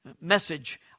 message